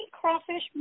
crawfish